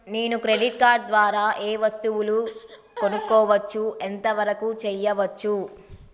నేను credit card ద్వారా ఏం వస్తువులు కొనుక్కోవచ్చు ఎంత వరకు చేయవచ్చు?